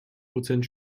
prozent